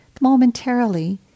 momentarily